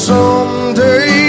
Someday